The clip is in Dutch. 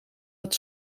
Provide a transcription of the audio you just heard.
het